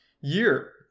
year